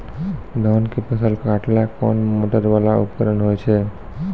धान के फसल काटैले कोन मोटरवाला उपकरण होय छै?